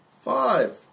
Five